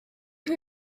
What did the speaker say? who